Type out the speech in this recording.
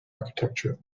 architecture